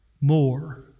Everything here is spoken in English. more